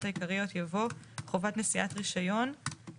העיקריות יבוא: "חובת נשיאת רישיוןלא